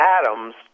Adams